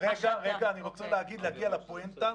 אני רוצה להגיע לפואנטה.